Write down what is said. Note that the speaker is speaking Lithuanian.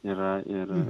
yra ir